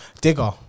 digger